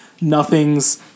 nothing's